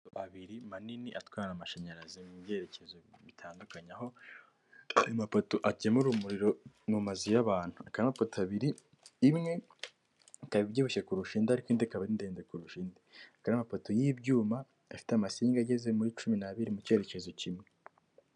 Amapoto abiri manini atwara amashanyarazi mu byerekezo bitandukanye, ayo mapoto agemura umuriro mu mazu y'abantu, akaba ari amapoto abiri imwe ikaba ibyibushye kurusha indi ariko indi ikaba ari ndende kurusha indi akaba ari amapoto y'ibyuma afite amasinga ageze muri cumi n'abiri mu cyerekezo kimwe.